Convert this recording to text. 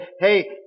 Hey